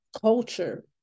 culture